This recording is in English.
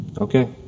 Okay